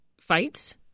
fights